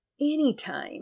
anytime